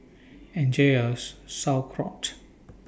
Enjoy your Sauerkraut